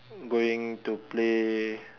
going to play